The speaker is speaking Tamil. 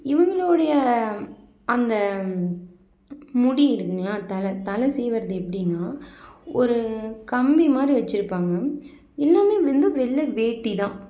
இவங்களுடைய அந்த முடி இருக்குதுங்களா தலை தலை சீவுரது எப்படின்னா ஒரு கம்பி மாதிரி வச்சுருப்பாங்க எல்லாம் வந்து வெள்ளை வேட்டி தான்